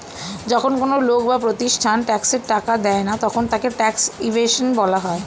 যখন কোন লোক বা প্রতিষ্ঠান ট্যাক্সের টাকা দেয় না তখন তাকে ট্যাক্স ইভেশন বলা হয়